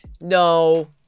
no